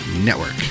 network